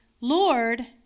Lord